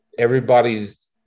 Everybody's